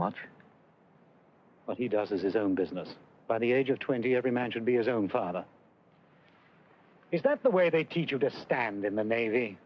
much but he doesn't his own business by the age of twenty every man should be his own father if that's the way they teach you to stand in the navy